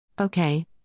Okay